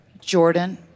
Jordan